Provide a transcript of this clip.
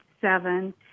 seven